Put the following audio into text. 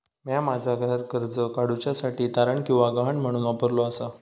म्या माझा घर कर्ज काडुच्या साठी तारण किंवा गहाण म्हणून वापरलो आसा